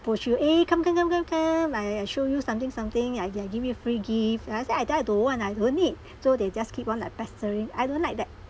push you eh come come come come come like I I show you something something I give I give you free gift and I said I tell I don't want I don't need so they just keep on like pestering I don't like that